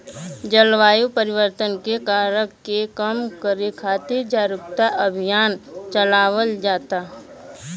जलवायु परिवर्तन के कारक के कम करे खातिर जारुकता अभियान चलावल जाता